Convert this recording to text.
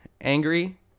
angry